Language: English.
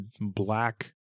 black